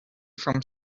from